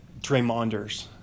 Draymonders